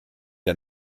der